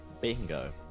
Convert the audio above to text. Bingo